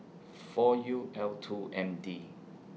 four U L two M D